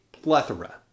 plethora